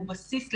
הוא בסיס ללמידה,